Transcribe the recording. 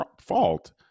fault